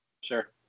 Sure